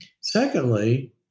Secondly